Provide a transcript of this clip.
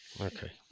okay